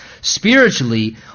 spiritually